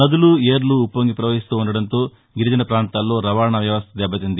నదులు ఏరులు ఉప్పొంగి పవహిస్తుండడంతో గిరిజన ప్రాంతాల్లో రవాణా వ్యవస్థ దెబ్బతింది